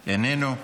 איננו,